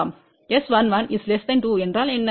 S112 என்றால்என்ன